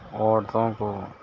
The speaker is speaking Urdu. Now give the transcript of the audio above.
عورتوں کو